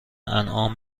انعام